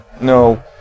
No